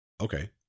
Okay